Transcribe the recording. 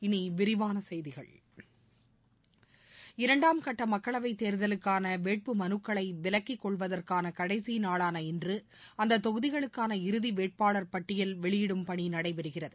இனி விரிவான செய்திகள் இரண்டாம்கட்ட மக்களவை தேர்தலுக்கான வேட்புமலுக்களை விலக்கி கொள்வதற்கான கடைசி நாளான இன்று அந்த தொகுதிகளுக்கான இறுதி வேட்பாளர் பட்டியல் வெளியிடும் பணி நடைபெறுகிறது